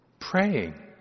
praying